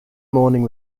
morning